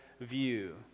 view